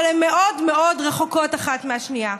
אבל הן מאוד מאוד רחוקות אחת מהשנייה,